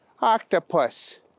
octopus